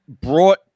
brought